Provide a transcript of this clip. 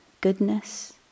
goodness